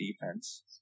defense